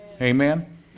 Amen